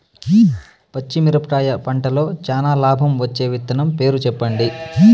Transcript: పచ్చిమిరపకాయ పంటలో చానా లాభం వచ్చే విత్తనం పేరు చెప్పండి?